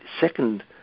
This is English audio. second